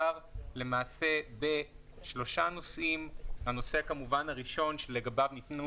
למעשה מדובר בשלושה נושאים: הנושא הראשון שלגביו ניתנו